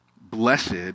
Blessed